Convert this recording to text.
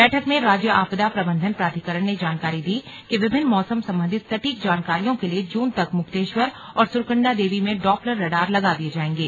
बैठक में राज्य आपदा प्रबन्धन प्राधिकरण ने जानकारी दी कि विभिन्न मौसम सम्बन्धित सटीक जानकारियों के लिए जून तक मुक्तेश्वर और सुरकण्डा देवी में डॉप्लर राडार लगा दिए जाएंगे